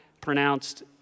pronounced